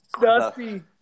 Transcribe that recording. Dusty